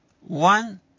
one